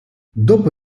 dopo